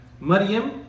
Maryam